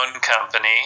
company